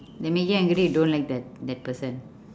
they make you angry you don't like that that person